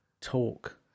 talk